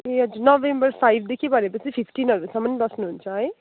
ए हजुर नोभेम्बर फाइभदेखि भने पछि फिफ्टिनहरूसम्म बस्नुहुन्छ है